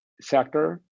sector